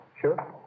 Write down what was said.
Sure